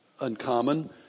uncommon